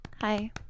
Hi